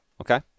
Okay